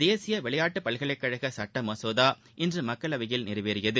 தேசிய விளையாட்டு பல்கலைக்கழக சுட்ட மசோதா இன்று மக்களவையில் நிறைவேறியது